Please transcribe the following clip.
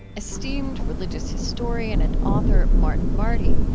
esteemed religious historian and author martin marty.